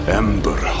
ember